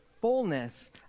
fullness